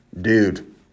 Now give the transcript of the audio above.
dude